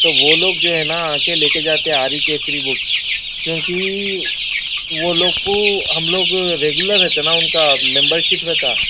وہ لوگ جو ہیں نا آکے لے کے جاتے آری کیسری بک کیونکہ وہ لوگ کو ہم لوگ ریگولر رہتے نا ان کا ممبر شپ رہتا